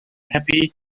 happy